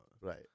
Right